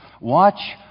watch